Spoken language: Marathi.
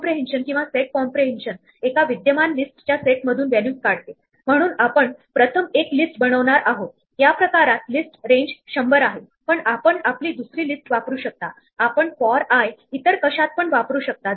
जर माझ्याकडे अशा फॉर्म मध्ये क्यू असेल जिथे v1 v2 इत्यादी काही व्हॅल्यू आहेत नंतर इन्सर्ट फंक्शन ही x व्हॅल्यू सुरुवातीला टाकेल आणि आपण आधी सांगितल्याप्रमाणे याचे कारण असे आहे की आपण हे नोटेशन वापरायचे ठरवले आहे आणि नंतर लिस्टमधील शेवटचा एलिमेंट काढण्यासाठी साठी आपण पॉप वापरू शकतो